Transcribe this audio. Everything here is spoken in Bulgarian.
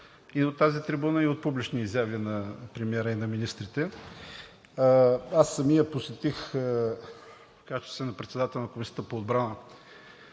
и от тази трибуна, и от публични изяви на премиера и на министрите. Аз самият посетих, в качеството си на председател на Комисията по отбрана,